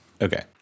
Okay